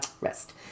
Rest